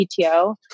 PTO